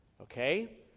Okay